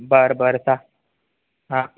बरं बरं सा हां